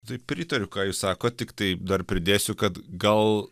tai pritariu ką jūs sakot tiktai dar pridėsiu kad gal